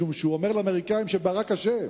משום שהוא אומר לאמריקנים שברק אשם.